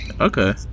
Okay